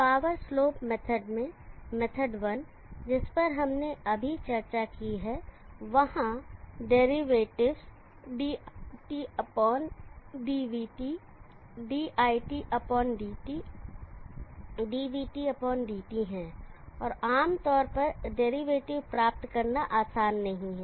power slope method में method 1 जिस पर हमने अभी चर्चा की है वहां डेरिवेटिव्स diTdvT diTdt dvTdt हैं और आमतौर पर डेरिवेटिव प्राप्त करना आसान नहीं है